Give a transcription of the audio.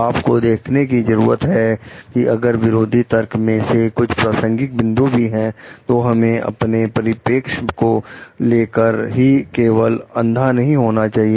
आप को देखने की जरूरत है कि अगर विरोधी तर्क में से कुछ प्रासंगिक बिंदु भी हैं तो हमें अपने परिपेक्ष को लेकर ही केवल अंधा नहीं होना चाहिए